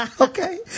okay